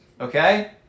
Okay